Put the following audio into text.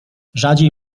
rzadziej